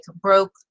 broke